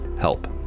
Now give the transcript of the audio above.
help